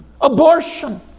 Abortion